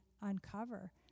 uncover